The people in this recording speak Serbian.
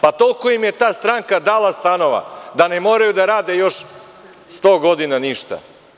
Pa toliko im je ta stranka dala stanova, da ne moraju da rade još sto godina ništa.